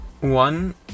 one